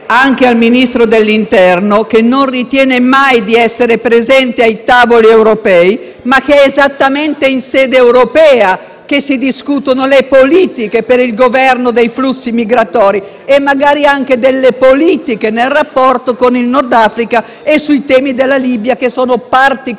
anche al Ministro dell'Interno, che non ritiene mai di essere presente ai tavoli europei, che è esattamente in sede europea che si discutono le politiche per il governo dei flussi migratori e magari anche le politiche del rapporto con il Nord Africa e i temi della Libia che sono particolarmente